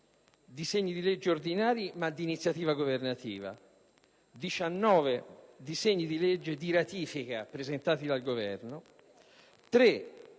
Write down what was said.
disegni di legge ordinari ma di iniziativa governativa, 19 sono disegni di legge di ratifica presentati dal Governo,